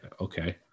okay